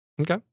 Okay